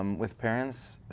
um with parents,